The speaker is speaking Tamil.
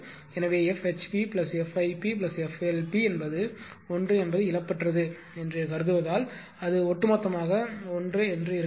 எனவே F HPF IPF LP என்பது 1 என்பது இழப்பற்றது என்று கருதுவதால் அது ஒட்டுமொத்தமாக 1 ஆக இருக்க வேண்டும்